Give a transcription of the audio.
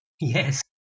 Yes